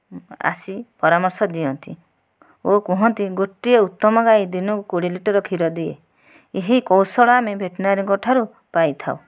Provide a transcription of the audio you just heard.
ଆସି ପରାମର୍ଶ ଦିଅନ୍ତି ଓ କୁହନ୍ତି ଗୋଟିଏ ଉତ୍ତମ ଗାଈ ଦିନକୁ କୋଡ଼ିଏ ଲିଟର କ୍ଷୀର ଦିଏ ଏହି କୌଶଳ ଆମେ ଭେଟିରନାରୀଙ୍କ ଠାରୁ ପାଇଥାଉ